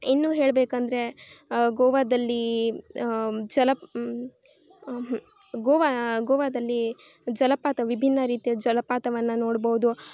ಇನ್ನೂ ಹೇಳ್ಬೇಕೆಂದರೆ ಗೋವಾದಲ್ಲಿ ಜಲ ಗೋವಾ ಗೋವಾದಲ್ಲಿ ಜಲಪಾತ ವಿಭಿನ್ನ ರೀತಿಯ ಜಲಪಾತವನ್ನು ನೋಡ್ಬೋದು